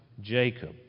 Jacob